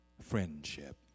Friendship